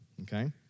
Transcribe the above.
Okay